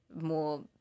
more